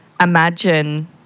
imagine